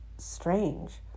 strange